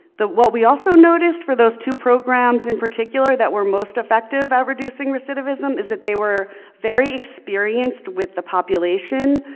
what we also noticed for those two programs in particular that were most effective at reducing recidivism is that they were very experienced with the population,